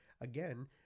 again